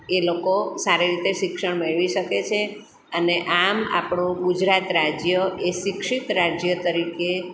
એ લોકો સારી રીતે શિક્ષણ મેળવી શકે છે અને આમ આપણું ગુજરાત રાજ્ય એ શિક્ષિત રાજ્ય તરીકે